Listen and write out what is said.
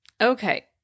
Okay